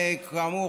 כאמור,